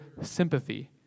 sympathy